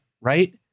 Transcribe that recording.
right